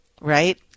Right